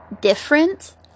different